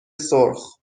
سرخ